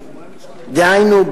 דהיינו,